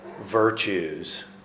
virtues